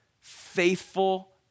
faithful